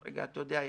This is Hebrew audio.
אתה יודע,